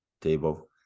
table